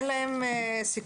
אין להן סיכוי.